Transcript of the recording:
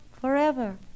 Forever